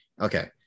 okay